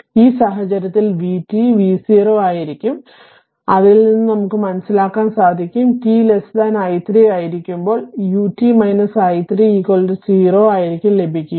അതിനാൽ ആ സാഹചര്യത്തിൽ vt v0 ആയിരിക്കും അതിൽ നിന്ന് നമുക്ക് മനസ്സിലാക്കാൻ സാധിക്കും t i 3 ആയിരിക്കുമ്പോൾ u t i 3 0 ആയിരിക്കും ലഭിക്കുക